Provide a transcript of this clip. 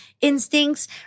instincts